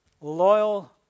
loyal